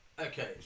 Okay